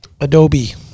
Adobe